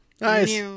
Nice